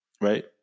right